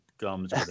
gums